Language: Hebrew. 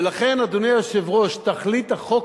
ולכן, אדוני היושב-ראש, תכלית החוק